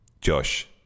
Josh